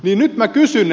nyt minä kysyn